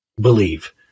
believe